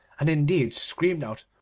and indeed screamed out,